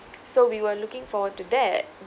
so we were looking forward to that